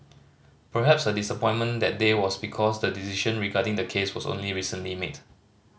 perhaps her disappointment that day was because the decision regarding the case was only recently made